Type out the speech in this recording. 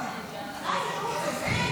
אנשים.